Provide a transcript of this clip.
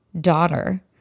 daughter